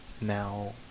now